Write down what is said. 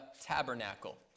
tabernacle